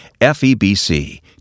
FEBC